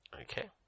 okay